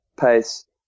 pace